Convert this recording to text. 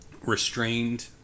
restrained